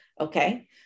okay